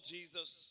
Jesus